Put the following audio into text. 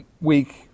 week